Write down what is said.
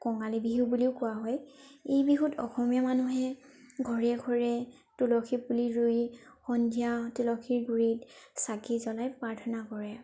কঙালী বিহু বুলিও কোৱা হয় এই বিহুত অসমীয়া মানুহে ঘৰে ঘৰে তুলসী পুলি ৰুই সন্ধিয়া তুলসীৰ গুৰিত চাকি জলাই প্ৰাৰ্থনা কৰে